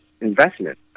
investment